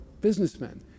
businessmen